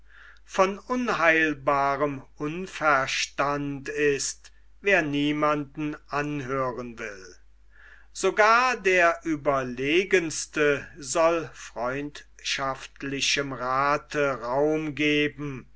von unheilbarem unverstand ist wer niemanden anhören will sogar der ueberlegenste soll freundschaftlichem rathe raum geben